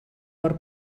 per